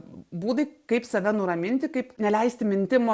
būdai kaip save nuraminti kaip neleisti mintim